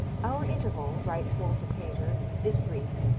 our interval, writes walter pater, is brief.